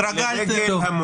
התרגלתם,